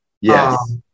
Yes